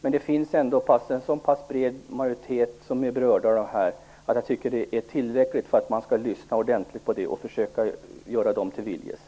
Men det finns ändå en tillräckligt bred majoritet som berörs av detta för att jag skall tycka att man skall lyssna ordentligt på dessa människor och försöka göra dem till viljes.